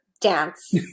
dance